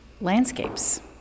landscapes